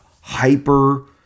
hyper